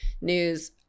news